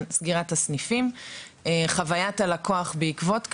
סגירת הסניפים וחוויית הלקוח בעקבות זאת,